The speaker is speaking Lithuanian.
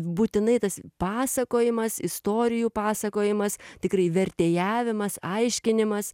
būtinai tas pasakojimas istorijų pasakojimas tikrai vertėjavimas aiškinimas